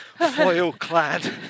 foil-clad